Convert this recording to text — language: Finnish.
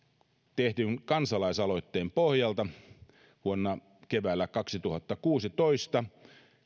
tehdyn kansalaisaloitteen pohjalta keväällä kaksituhattakuusitoista